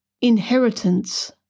inheritance